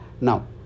Now